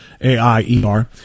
AIER